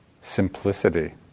simplicity